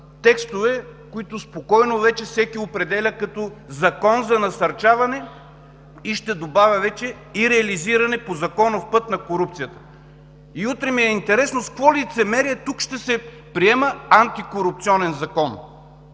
текстове, които спокойно вече всеки определя като закон за насърчаване, и ще добавя вече: и реализиране по законов път на корупцията. Утре ми е интересно с какво лицемерие тук ще се приема антикорупционен закон?!